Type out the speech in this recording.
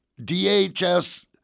DHS